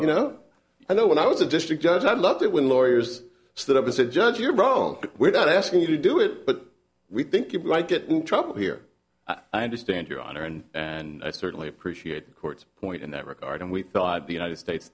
you know i know when i was a district judge i loved it when lawyers stood up as a judge you're wrong we're not asking you to do it but we think you're right get in trouble here i understand your honor and and i certainly appreciate the court's point in that regard and we thought the united states